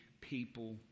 people